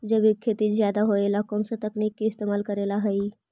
जैविक खेती ज्यादा होये ला कौन से तकनीक के इस्तेमाल करेला हई?